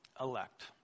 elect